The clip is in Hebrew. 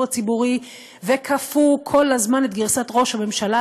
הציבורי וכפו כל הזמן את גרסת ראש הממשלה,